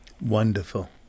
Wonderful